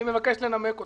אני מבקש לנמק אותה.